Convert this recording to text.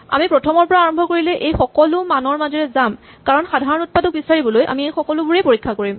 আমি প্ৰথমৰ পৰা আৰম্ভ কৰিলে এই সকলো মানৰ মাজেৰে যাম কাৰণ সাধাৰণ উৎপাদকটো বিচাৰিবলৈ আমি এই সকলোবোৰ পৰীক্ষা কৰিম